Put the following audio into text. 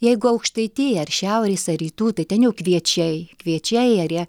jeigu aukštaitiją ar šiaurės ar rytų tai ten jau kviečiai kviečiai ar jie